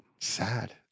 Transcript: sad